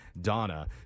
Donna